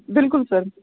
بِلکُل سَر